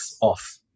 off